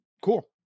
cool